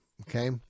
Okay